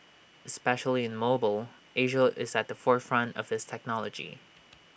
especially in mobile Asia is at the forefront of this technology